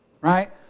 right